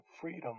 freedom